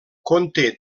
conté